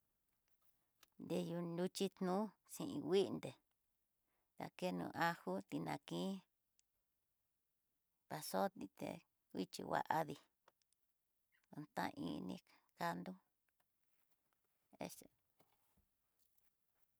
Teño nruxhinó xin nguité, dakeno aju tináki pasoté kuichi adí utá ini kandó.